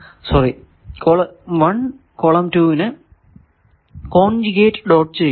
sorry column 1 column 2 നെ conjugate dot ചെയ്യുന്നു